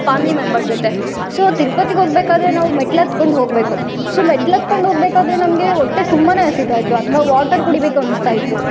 family member ಜೊತೆ so ತಿರುಪತಿಗ್ ಹೋಗಬೇಕಾದ್ರೆ ನಾವು ಮೆಟ್ಟು ಹತ್ಕೊಂಡ್ ಹೋಗಬೇಕು ಸೋ ಮೆಟ್ಟಿಲು ಹತ್ಕೊಂಡ್ ಹೋಗ್ಬೇಕಾದ್ರೆ ನಮಗೆ ಹೊಟ್ಟೆ ತುಂಬಾ ಹಸಿತಾಯಿತ್ತು ಅಥ್ವ ವಾಟರ್ ಕುಡಿಬೇಕು ಅನಿಸ್ತಾಯಿತ್ತು